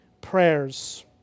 prayers